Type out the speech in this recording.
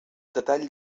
detall